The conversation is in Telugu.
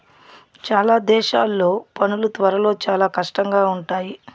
చాలా దేశాల్లో పనులు త్వరలో చాలా కష్టంగా ఉంటాయి